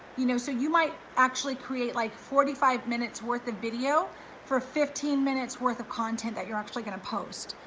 you know, so you might actually create like forty five minutes worth of video for fifteen minutes worth of content that you're actually gonna post.